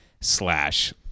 slash